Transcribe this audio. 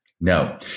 No